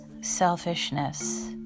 selfishness